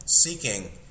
seeking